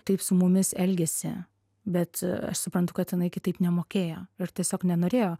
taip su mumis elgėsi bet aš suprantu kad jinai kitaip nemokėjo ir tiesiog nenorėjo